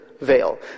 veil